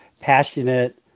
passionate